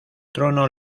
trono